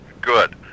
good